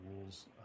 rules